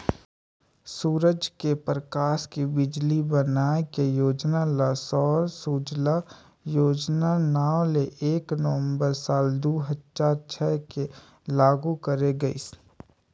सूरज के परकास ले बिजली बनाए के योजना ल सौर सूजला योजना नांव ले एक नवंबर साल दू हजार छै से लागू करे गईस